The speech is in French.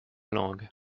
langue